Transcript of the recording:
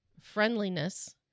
friendliness